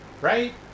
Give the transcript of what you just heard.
right